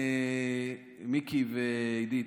מיקי ועידית,